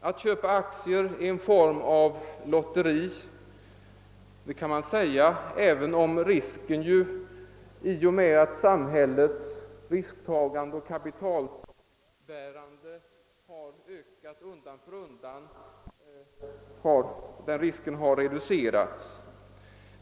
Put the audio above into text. Det är riktigt att aktieköp kan vara en form av lotteri, men risken för den enskilde har reducerats allteftersom samhällets risktagande och kapitalbärande undan för undan ökat.